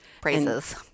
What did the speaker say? Praises